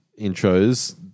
intros –